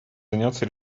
заняться